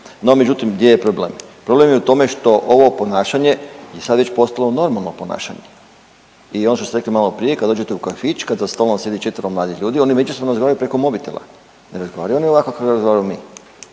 no međutim gdje je problem? Problem je u tome što ovo ponašanje je sad već postalo normalno ponašanje i ono što ste rekli maloprije, kad dođete u kafić, kad za stolom sjedi 4. mladih ljudi oni međusobno razgovaraju preko mobitela, ne razgovaraju oni ovako kako razgovaramo mi